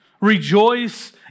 Rejoice